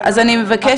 אז אני מבקשת.